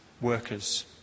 workers